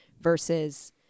versus